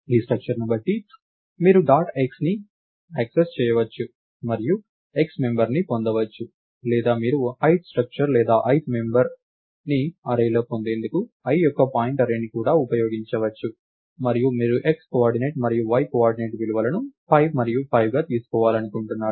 ఆ స్ట్రక్చర్ ని బట్టి మీరు డాట్ xని యాక్సెస్ చేయవచ్చు మరియు x మెంబర్ని పొందవచ్చు లేదా మీరు ith స్ట్రక్చర్ లేదా ith మెంబర్ని అర్రేలో పొందేందుకు i యొక్క పాయింట్ అర్రే ని కూడా ఉపయోగించవచ్చు మరియు మీరు x కోఆర్డినేట్ మరియు y కోఆర్డినేట్ విలువలను 5మరియు 5 తీసుకోవాలనుకుంటున్నారు